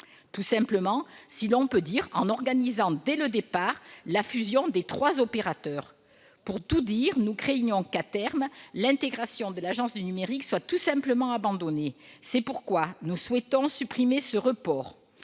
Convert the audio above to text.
Tout simplement, si l'on peut dire, en organisant dès le départ la fusion des trois opérateurs ! Pour tout dire, nous craignons que, à terme, l'intégration de l'Agence du numérique ne soit tout simplement abandonnée. C'est pourquoi nous souhaitons supprimer ce report.